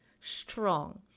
strong